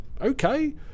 okay